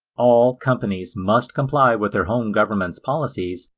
all companies must comply with their home government's policies,